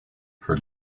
her